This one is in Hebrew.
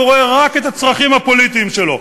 הוא רואה רק את הצרכים הפוליטיים שלו.